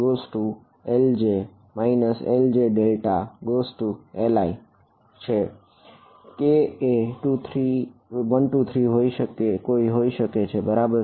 K એ 1 2 3 કોઈ શકે બરાબર